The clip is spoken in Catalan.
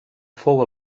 fou